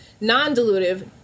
Non-dilutive